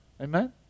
Amen